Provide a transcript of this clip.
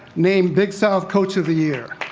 named big south coach of the year.